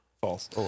False